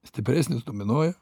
stipresnis dominuoja